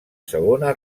segona